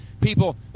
people